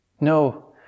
No